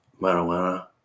marijuana